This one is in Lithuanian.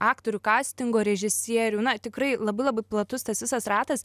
aktorių kastingo režisierių na tikrai labai labai platus tas visas ratas